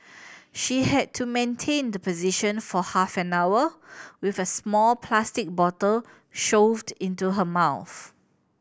she had to maintain the position for half an hour with a small plastic bottle shoved into her mouth